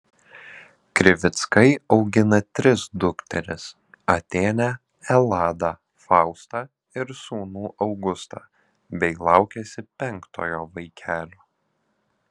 krivickai augina tris dukteris atėnę eladą faustą ir sūnų augustą bei laukiasi penktojo vaikelio